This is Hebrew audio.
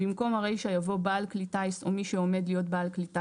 במקום הרישא יבוא "בעל כלי טיס או מי שעומד להיות בעל כלי טיס,